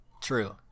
True